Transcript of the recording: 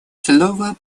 слово